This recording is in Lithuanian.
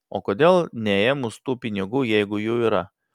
o kodėl neėmus tų pinigų jeigu jų yra